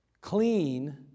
clean